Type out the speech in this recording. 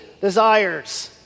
desires